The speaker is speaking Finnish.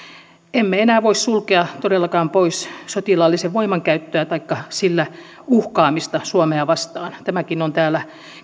emme enää voi sulkea todellakaan pois sotilaallista voimankäyttöä taikka sillä uhkaamista suomea vastaan tämäkin on täällä